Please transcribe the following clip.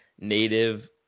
native